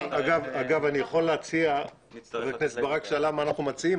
חברת הכנסת ברק שאלה מה אנחנו מציעים,